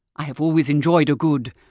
i have always enjoyed a good,